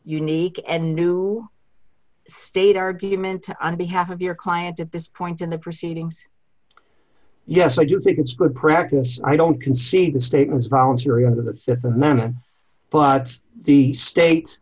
unique and new state argument on behalf of your client at this point in the proceedings yes i do think it's good practice i don't concede statements voluntary of the man but the state